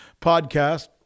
podcast